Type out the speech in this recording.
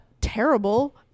terrible